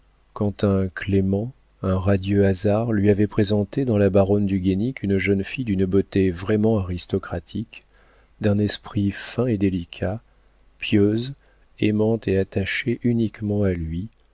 quand un clément un radieux hasard lui avait présenté dans la baronne du guénic une jeune fille d'une beauté vraiment aristocratique d'un esprit fin et délicat pieuse aimante et attachée uniquement à lui